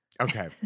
Okay